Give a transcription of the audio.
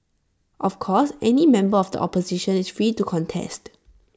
of course any member of the opposition is free to contest